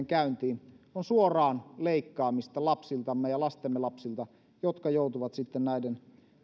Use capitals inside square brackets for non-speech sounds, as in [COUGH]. [UNINTELLIGIBLE] käyntiin on suoraan leikkaamista lapsiltamme ja lastemme lapsilta jotka joutuvat sitten näiden